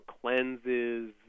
cleanses